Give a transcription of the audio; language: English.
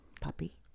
puppy